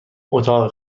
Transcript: اتاق